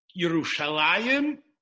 Yerushalayim